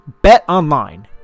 BetOnline